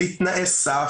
בלי תנאי סף,